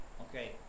Okay